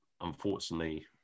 unfortunately